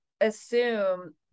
assume